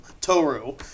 Toru